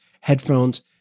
headphones